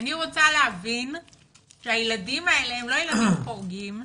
אני רוצה להבין שהילדים האלה הם לא ילדים חורגים,